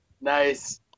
nice